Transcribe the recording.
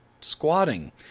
squatting